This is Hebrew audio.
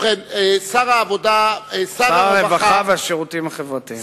שר הרווחה והשירותים החברתיים.